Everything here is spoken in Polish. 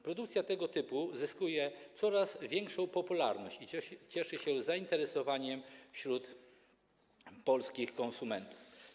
Produkcja tego typu zyskuje coraz większą popularność i cieszy się zainteresowaniem wśród polskich konsumentów.